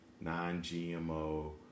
non-GMO